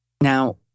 Now